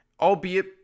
albeit